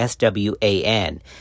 SWAN